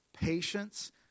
patience